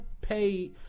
pay